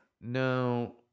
No